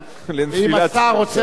אם אתה רוצה ללכת להצביע,